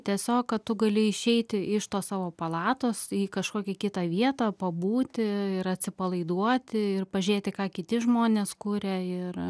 tiesiog kad tu gali išeiti iš tos savo palatos į kažkokį kitą vietą pabūti ir atsipalaiduoti ir pažėti ką kiti žmonės kuria ir